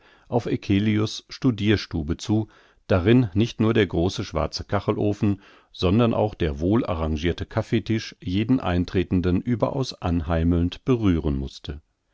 auf eccelius studirstube zu darin nicht nur der große schwarze kachelofen sondern auch der wohlarrangirte kaffeetisch jeden eintretenden überaus anheimelnd berühren mußte